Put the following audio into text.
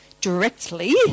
directly